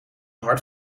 hart